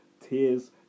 tears